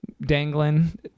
Dangling